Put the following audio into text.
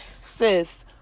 sis